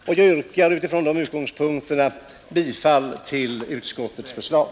Jag yrkar från den utgångspunkten bifall till utskottets förslag.